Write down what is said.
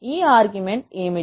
ఈ ఆర్గ్యుమెంట్ ఏమిటి